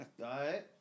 right